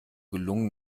gelungen